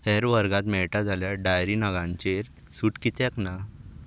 हेर वर्गात मेळटा जाल्यार डेयरी नगांचेर सूट कित्याक ना